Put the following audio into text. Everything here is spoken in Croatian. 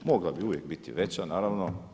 Mogla bi uvijek biti veća, naravno.